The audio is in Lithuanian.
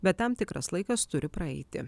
bet tam tikras laikas turi praeiti